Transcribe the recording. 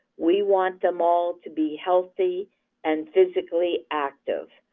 we want them all to be healthy and physically active.